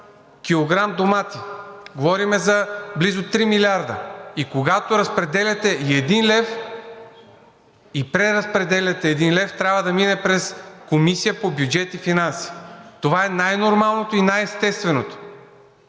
килограм домати, а говорим за близо 3 милиарда. И когато разпределяте и един лев, и когато преразпределяте един лев, това трябва да мине през Комисията по бюджет и финанси – това е най-нормалното и най-естественото.